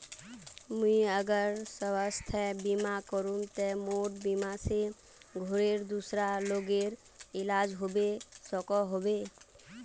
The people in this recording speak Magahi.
मुई अगर स्वास्थ्य बीमा करूम ते मोर बीमा से घोरेर दूसरा लोगेर इलाज होबे सकोहो होबे?